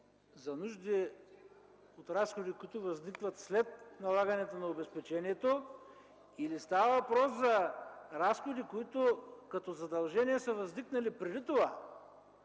за нужди от разходи, които възникват след налагането на обезпечението или става въпрос за разходи, които като задължение са възникнали преди това.